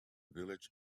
village